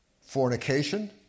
Fornication